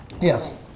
Yes